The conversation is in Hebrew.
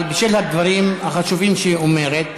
אבל בשל הדברים החשובים שהיא אומרת,